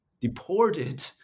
deported